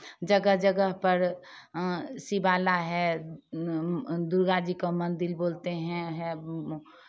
जगह जगह पर शिवाला है दुर्गा जी का मंदिर बोलते हैं है